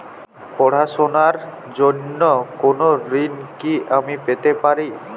পড়াশোনা র জন্য কোনো ঋণ কি আমি পেতে পারি?